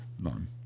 None